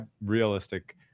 realistic